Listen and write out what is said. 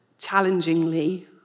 challengingly